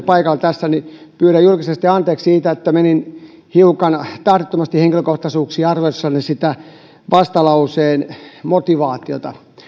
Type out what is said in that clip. paikalla tässä niin pyydän julkisesti anteeksi että menin hiukan tahdittomasti henkilökohtaisuuksiin arvioidessani sitä vastalauseen motivaatiota